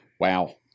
Wow